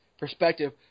perspective